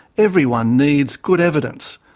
everyone needs good evidence.